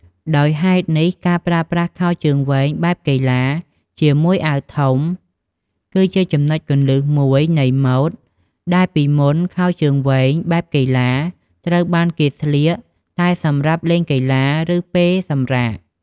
ដោយហេតុនេះ ការប្រើប្រាស់ខោជើងវែងបែបកីឡា ជាមួយអាវធំ គឺជាចំណុចគន្លឹះមួយនៃម៉ូដដែលពីមុនខោជើងវែងបែបកីឡាត្រូវបានគេស្លៀកតែសម្រាប់លេងកីឡា ឬពេលសម្រាក។